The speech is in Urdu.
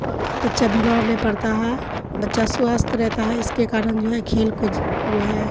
بچہ بیمار نہیں پڑتا ہے بچہ سوستھ رہتا ہے اس کے کارن جو ہے کھیل کو جو ہے